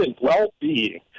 well-being